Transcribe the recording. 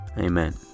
Amen